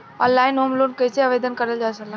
Online home loan कैसे आवेदन करल जा ला?